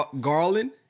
garland